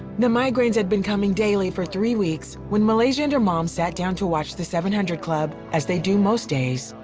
the migraines had been coming daily for three weeks when malaysia and her mom sat down to watch the seven hundred club as they do most days.